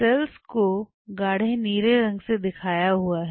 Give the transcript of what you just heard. sales को गाड़ी नीले रंग से दिखाया हुआ है